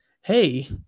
hey